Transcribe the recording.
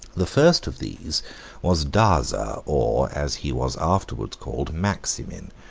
the first of these was daza, or, as he was afterwards called, maximin,